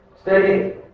steady